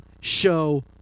show